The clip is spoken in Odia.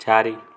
ଚାରି